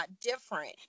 different